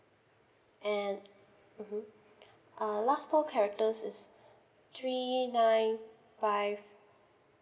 and mmhmm uh last four characters is three nine five